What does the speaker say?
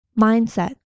Mindset